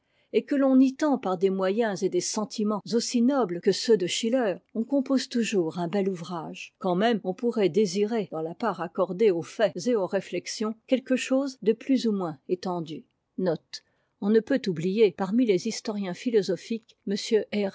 et que l'on y tend par des moyens et des sentiments aussi nobles que ceux de schiller on compose toujours un bel ouvrage quand même on pourrait désirer dans la part accordée aux faits et aux réflexions quelque chose de plus ou de moins étendu